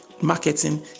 Marketing